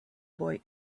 boy